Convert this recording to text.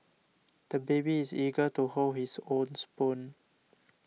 the baby is eager to hold his own spoon